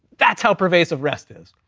that's how pervasive rest is.